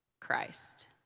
Christ